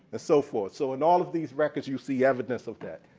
so forth. so in all of these records you see evidence of that.